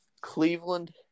Cleveland